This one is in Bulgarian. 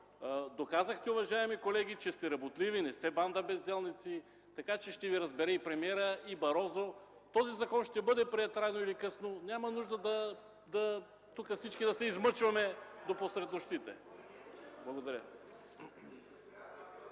доказахте, уважаеми колеги, че сте работливи. Не сте банда безделници, така че ще Ви разбере и премиерът, и Барозу. Този законопроект рано или късно ще бъде приет, няма нужда тук всички да се измъчваме до посред нощите. Благодаря.